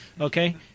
Okay